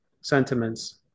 sentiments